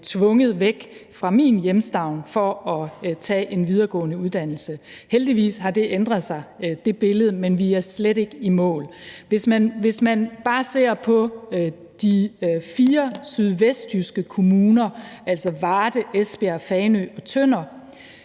tvunget væk fra min hjemstavn for at tage en videregående uddannelse. Heldigvis har det billede ændret sig, men vi er slet ikke i mål. Man kan bare se på de fire sønderjyske kommuner Varde, Esbjerg, Fanø og Tønder.